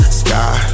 sky